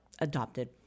adopted